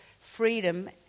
freedom